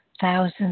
thousands